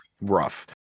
Rough